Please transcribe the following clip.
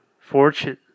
fortune